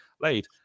laid